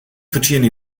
fertsjinje